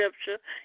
scripture